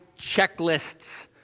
checklists